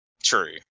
True